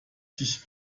sich